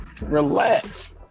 Relax